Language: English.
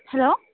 hello